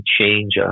change